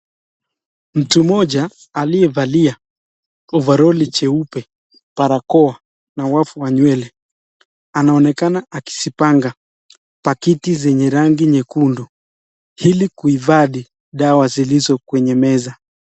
Mtu mmoja aliyevalia ovaroli cheupe, barakoa na uwafu wa nywele anaonekana akizipanga pakiti zenye rangi nyekundu hili kuhifadhi dawa zilizo kwenye meza.